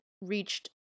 reached